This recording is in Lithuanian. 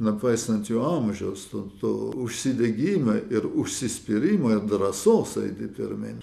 nepaisant jo amžiaus to to užsidegimo ir užsispyrimo ir drąsos eiti pirmyn